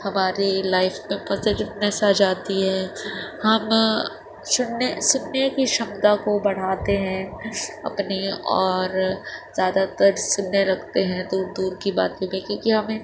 ہماری لائف تک آ جاتی ہے ہم سُننے سُننے كی شمتا كو بڑھاتے ہیں اپنی اور زیادہ تر سُننے لگتے ہیں تو دور كی باتیں کیونکہ ہمیں